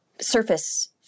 surface